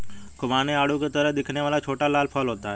खुबानी आड़ू की तरह दिखने वाला छोटा लाल फल होता है